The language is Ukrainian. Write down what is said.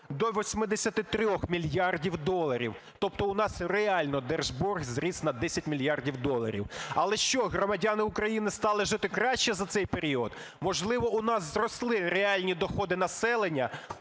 до 83 мільярдів доларів. Тобто у нас реально держборг зріс на 10 мільярдів доларів. Але що, громадяни України стали жити краще за цей період? Можливо, у нас зросли реальні доходи населення?